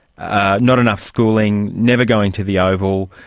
ah not enough schooling, never going to the oval,